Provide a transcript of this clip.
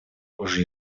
уже